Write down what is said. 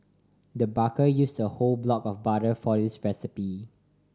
the baker use a whole block of butter for this recipe